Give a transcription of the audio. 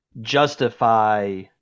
justify